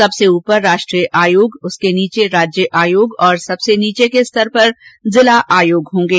सबसे ऊपर राष्ट्रीय आयोग उसके नीचे राज्य आयोग और सबसे नीचे स्तर पर जिला आयोग होंगे